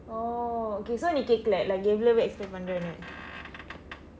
oh okay so நீ கேட்கவில்லை:nii keetkavillai like எவ்வளவு:evvalavu expect பண்றேன்னு :pannreennu